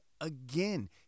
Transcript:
again